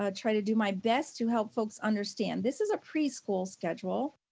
um try to do my best to help folks understand. this is a preschool schedule.